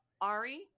Ari